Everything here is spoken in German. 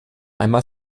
einmal